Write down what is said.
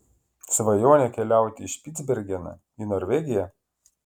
svajonė keliauti į špicbergeną į norvegiją